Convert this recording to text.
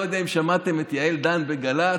לא יודע אם שמעתם את יעל דן בגל"צ.